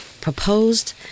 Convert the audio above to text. proposed